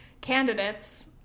candidates